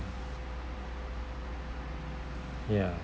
ya